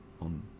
on